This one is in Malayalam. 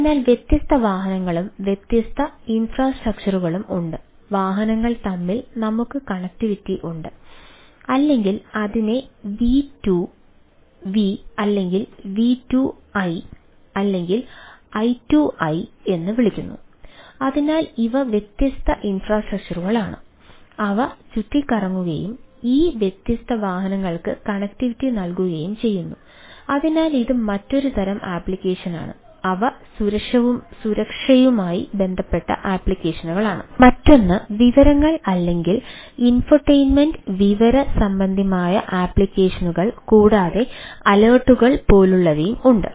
അതിനാൽ വ്യത്യസ്ത വാഹനങ്ങളും വ്യത്യസ്ത ഇൻഫ്രാസ്ട്രക്ചറു പോലുള്ളവയും ഉണ്ട്